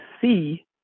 see